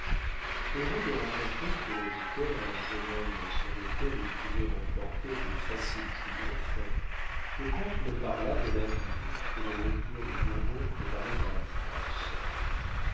heureux de rencontrer pour auditeur un jeune homme sur lequel il pouvait remporter de faciles triomphes le comte me parla de l'avenir que le retour des bourbons préparait à la france